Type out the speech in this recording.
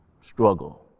struggle